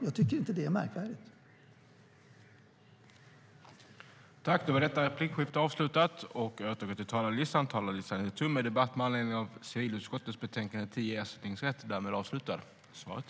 Jag tycker inte att det är märkvärdigt.